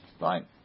Right